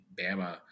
Bama